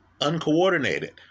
uncoordinated